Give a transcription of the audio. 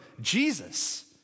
Jesus